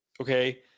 okay